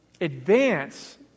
advance